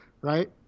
right